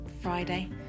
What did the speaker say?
Friday